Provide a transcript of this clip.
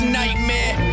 nightmare